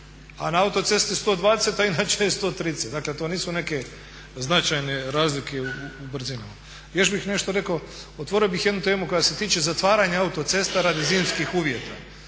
A na autocesti 120, a inače je 130 dakle to nisu neke značajne razlike u brzinama. Još bih nešto rekao, otvorio bih jednu temu koja se tiče zatvaranja autocesta radi zimskih uvjeta.